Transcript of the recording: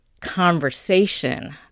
conversation